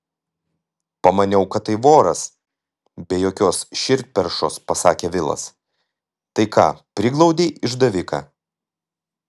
pamaniau kad tai voras be jokios širdperšos pasakė vilas tai ką priglaudei išdaviką